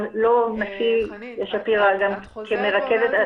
גם לא הנשיא שפירא כמרכז את התחום.